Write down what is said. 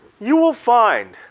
you will find,